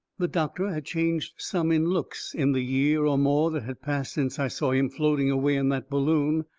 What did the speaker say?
the doctor had changed some in looks in the year or more that had passed since i saw him floating away in that balloon.